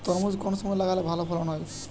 তরমুজ কোন সময় লাগালে ভালো ফলন হয়?